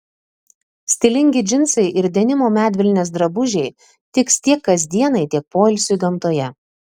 stilingi džinsai ir denimo medvilnės drabužiai tiks tiek kasdienai tiek poilsiui gamtoje